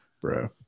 bro